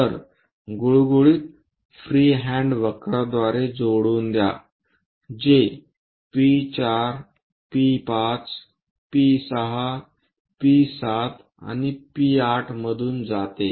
तर गुळगुळीत फ्रीहँड वक्रद्वारे जोडून द्या जे P4 P5 P6 P7आणि P8 मधून जाते